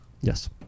Yes